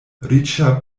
riĉa